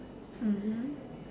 mmhmm